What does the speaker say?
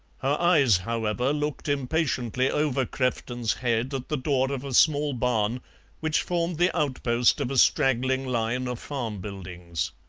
eyes, however, looked impatiently over crefton's head at the door of a small barn which formed the outpost of a straggling line of farm buildings.